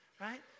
right